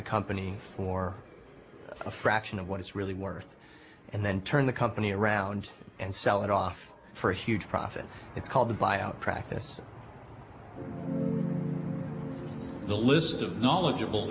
the company for a fraction of what it's really worth and then turn the company around and sell it off for a huge profit it's called the buyout practice the list of knowledgeable